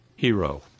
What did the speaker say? hero